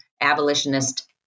abolitionist